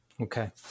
Okay